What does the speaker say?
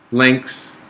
links